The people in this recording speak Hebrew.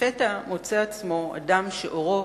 ולפתע מוצא עצמו אדם שעורו